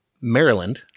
Maryland